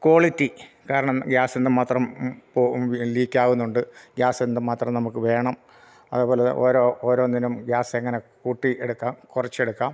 quality കാരണം ഗ്യാസെന്ത് മാത്രം ലീക്ക് ആവുന്നുണ്ട് ഗ്യാസെന്ത് മാത്രം നമുക്ക് വേണം അതുേപോലെ ഓരോ ഓരോന്നിനും ഗ്യാസ് എങ്ങനെ കിട്ടി എടുക്കാം കുറച്ചെടുക്കാം